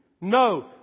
No